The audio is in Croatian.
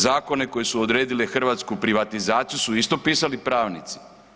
Zakone koji su odredili hrvatsku privatizaciju su isto pisali pravnici.